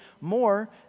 more